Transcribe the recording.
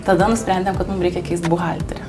tada nusprendėm kad mum reikia keist buhalterį